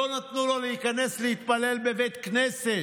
לא נתנו לו להיכנס להתפלל בבית כנסת.